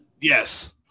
Yes